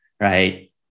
Right